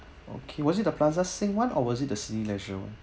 okay was it the plaza sing [one] or was it the Cineleisure [one]